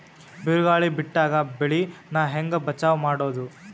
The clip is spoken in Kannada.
ಬಿರುಗಾಳಿ ಬಿಟ್ಟಾಗ ಬೆಳಿ ನಾ ಹೆಂಗ ಬಚಾವ್ ಮಾಡೊದು?